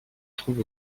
trouve